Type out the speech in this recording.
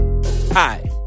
Hi